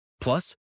Plus